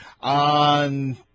on